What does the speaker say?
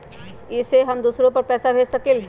इ सेऐ हम दुसर पर पैसा भेज सकील?